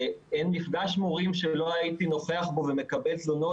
אין מפגש מורים שלא הייתי נוכח בו ומקבל תלונות